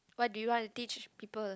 what did you want to teach people